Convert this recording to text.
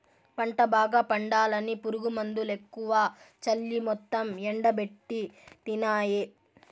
పంట బాగా పండాలని పురుగుమందులెక్కువ చల్లి మొత్తం ఎండబెట్టితినాయే